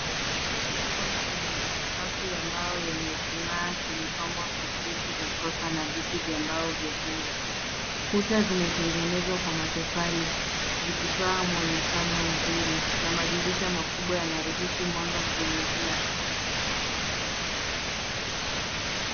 Chumba kikubwa chenye sakafu ya mbao yenye kung'aa kimepambwa kwa seti za sofa na viti vya mbao vyekundu. Kuta zimetengenezwa kwa matofali zikitoa mwonekano mzuri na madirisha makubwa yanaruhusu mwanga kuingia.